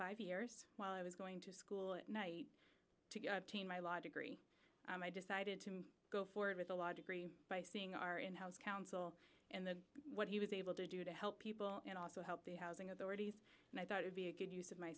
five years while i was going to school at night to my law degree i decided to go forward with a law degree by seeing our in house counsel and what he was able to do to help people and also help the housing authorities and i thought it be a good use of my